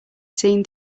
seen